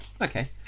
Okay